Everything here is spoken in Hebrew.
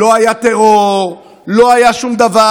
לא היה טרור, לא היה שום דבר.